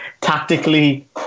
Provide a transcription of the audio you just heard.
tactically